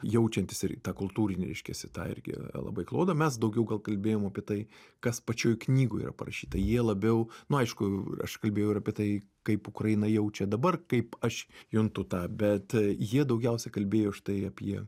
jaučiantis ir tą kultūrinį reiškiasi tą irgi labai klodą mes daugiau gal kalbėjom apie tai kas pačioj knygoj yra parašyta jie labiau nu aišku aš kalbėjau ir apie tai kaip ukraina jaučia dabar kaip aš juntu tą bet jie daugiausiai kalbėjo štai apie